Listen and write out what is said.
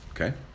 Okay